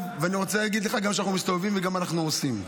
ואני רוצה להגיד לך שאנחנו גם מסתובבים ואנחנו גם עושים.